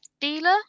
dealer